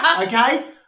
okay